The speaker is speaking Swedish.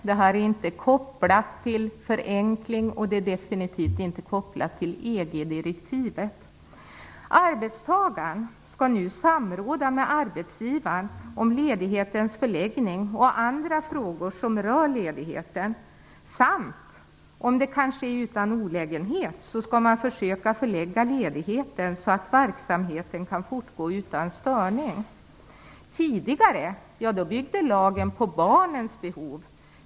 Det är inte kopplat till förenkling och definitivt inte kopplat till EG-direktivet. Arbetstagaren skall nu samråda med arbetsgivaren om ledighetens förläggning och andra frågor som rör ledigheten samt, om det kan ske utan olägenhet, försöka förlägga ledigheten så att verksamheten kan fortgå utan störning. Tidigare lag byggde på barnens behov.